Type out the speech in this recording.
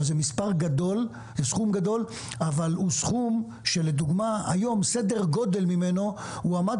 זה סכום גדול אבל הוא סכום שלדוגמה היום סדר גודל ממנו הועמד